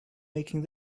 making